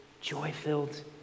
joy-filled